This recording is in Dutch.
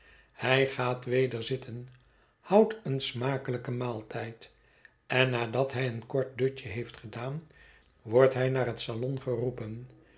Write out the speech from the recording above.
hij gaat weder zitten houdt een smakelijken maaltijd en nadat hij een kort dutje heeft gedaan wordt hij naar het salon geroepen